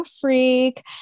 freak